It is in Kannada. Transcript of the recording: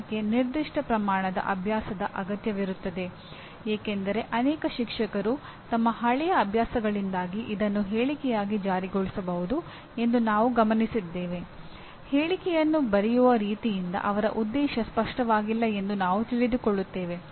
ಆದ್ದರಿಂದ ಪಠ್ಯಕ್ರಮದ ಪರಿಣಾಮ ಹೀಗಿದೆ ಆಂಡರ್ಸನ್ ಬ್ಲೂಮ್ ವಿನ್ಸೆಂಟಿ ಟ್ಯಾಕ್ಸಾನಮಿ ಮತ್ತು ಕಲಿಕೆಯ ಮೂರು ಘಟಕಗಳನ್ನು ಅರ್ಥಮಾಡಿಕೊಳ್ಳುವುದು